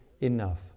enough